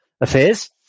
affairs